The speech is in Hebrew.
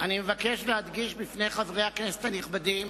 אני מבקש להדגיש בפני חברי הכנסת הנכבדים